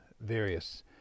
various